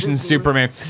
Superman